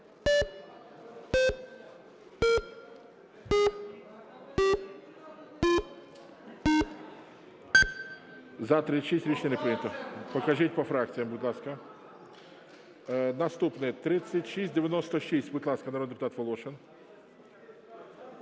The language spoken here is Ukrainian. За-36 Рішення не прийнято. Покажіть, по фракціях, будь ласка. Наступна – 3696. Будь ласка, народний депутат Волошин.